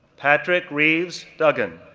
patrick reeves duggan,